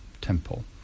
temple